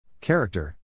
Character